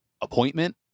appointment